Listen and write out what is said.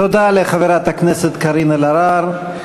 תודה לחברת הכנסת קארין אלהרר.